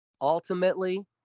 Ultimately